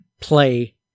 play